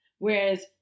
Whereas